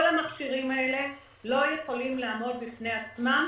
כל המכשירים האלה לא יכולים לעמוד בפני עצמם,